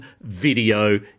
video